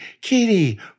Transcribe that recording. kitty